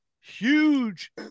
huge